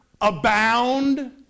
abound